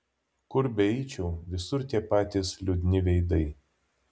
kur beeičiau visur tie patys liūdni veidai